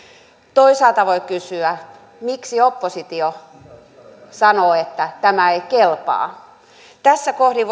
toisaalta voi kysyä miksi oppositio sanoo että tämä ei kelpaa tässä kohdin